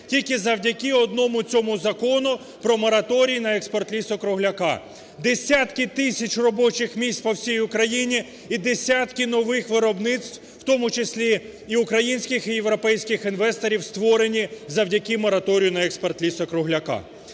тільки завдяки одному цьому Закону про мораторій на експорт лісу-кругляка. Десятки тисяч робочих місць по всій Україні і десятки нових виробництв, у тому числі і українських, і європейських інвесторів створені завдяки мораторію на експорт лісу-кругляка.